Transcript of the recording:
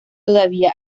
todavía